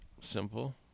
Simple